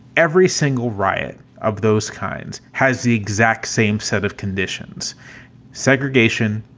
every single riot of those kinds has the exact same set of conditions segregation,